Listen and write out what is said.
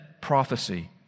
prophecy